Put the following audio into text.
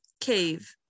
cave